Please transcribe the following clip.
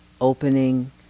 opening